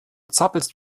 zappelst